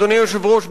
אדוני היושב-ראש,